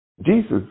Jesus